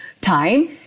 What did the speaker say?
time